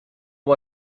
one